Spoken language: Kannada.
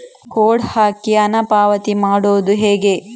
ಕೋಡ್ ಹಾಕಿ ಹಣ ಪಾವತಿ ಮಾಡೋದು ಹೇಗೆ?